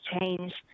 change